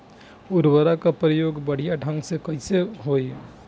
उर्वरक क प्रयोग बढ़िया ढंग से कईसे होई?